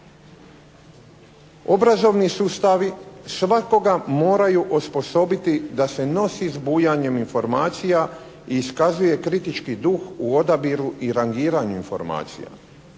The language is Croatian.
Obrazovni sustavi svakoga moraju osposobiti da se nosi s bujanjem informacija i iskazuje kritički duh u odabiru i rangiranju informacija.